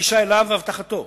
הגישה אליו ואבטחתו,